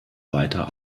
weiter